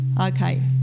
Okay